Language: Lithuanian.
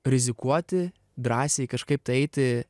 rizikuoti drąsiai kažkaip tai eiti